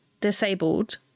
disabled